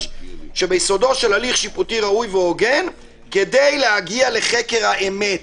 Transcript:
שביסודו של הליך שיפוטי ראוי והוגן כדי להגיע לחקר האמת.